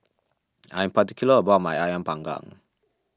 I am particular about my Ayam Panggang